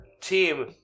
team